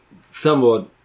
somewhat